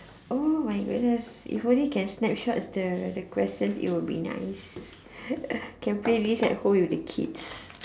oh my goodness if only can snapshot the the questions it will be nice can play this at home with the kids